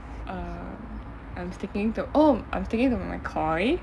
err I'm sticking to oh I'm sticking to my koi